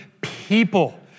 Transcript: people